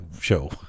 Show